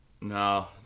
No